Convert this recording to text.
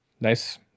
Nice